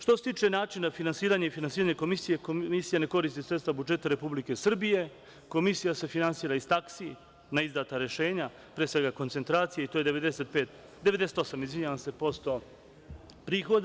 Što se tiče načina finansiranja i finansiranje Komisije, Komisija ne koristi sredstva budžeta Republike Srbije, Komisija se finansira iz taksi na izdata rešenja, pre svega koncentracije i to je 98% prihoda.